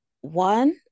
one